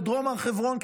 לדרום הר חברון,